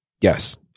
yes